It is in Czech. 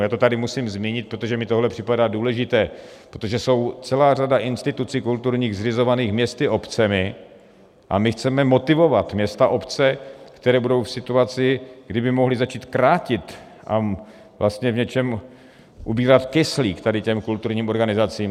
Já to tady musím zmínit, protože mi tohle připadá důležité, protože je celá řada institucí kulturních zřizovaných městy a obcemi a my chceme motivovat města a obce, které budou v situaci, kdy by mohly začít krátit a vlastně v něčem ubírat kyslík těm kulturním organizacím.